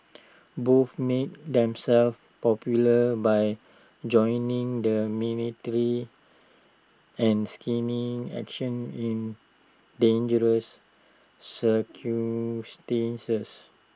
both made themselves popular by joining the military and skinning action in dangerous